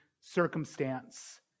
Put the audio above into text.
circumstance